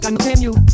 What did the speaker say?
Continue